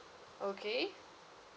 okay